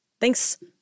thanks